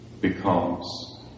becomes